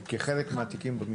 שאלה.